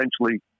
essentially